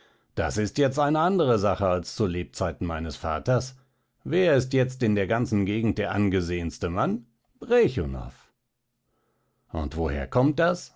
das ist jetzt eine andere sache als zu lebzeiten meines vaters wer ist jetzt in der ganzen gegend der angesehenste mann brechunow und woher kommt das